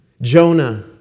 Jonah